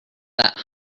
that